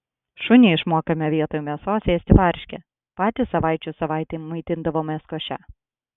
šunį išmokėme vietoj mėsos ėsti varškę patys savaičių savaitėm maitindavomės koše